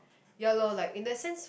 ya lor like in that sense